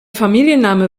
familienname